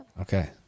Okay